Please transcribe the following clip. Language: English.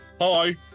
Hi